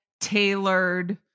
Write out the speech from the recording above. tailored